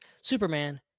Superman